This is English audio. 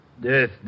Death